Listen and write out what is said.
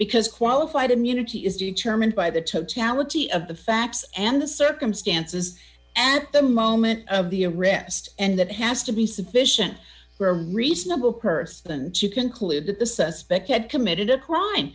because qualified immunity is determined by the totality of the facts and the circumstances at the moment of the arrest and that has to be sufficient for a reasonable person to conclude that the suspect had committed a crime